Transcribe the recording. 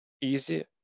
easy